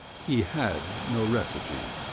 he had no recipe.